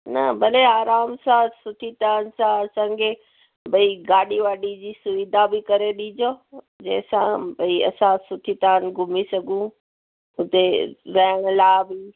न भले आराम सां सुठी तरह सां असांखे भई गाॾी वाॾी जी सुविधा बि करे ॾीजो जंहिंसां भाई असां सुठी तरह घुमी सघूं हुते बेंगला बि